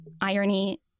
irony